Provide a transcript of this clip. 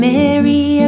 Mary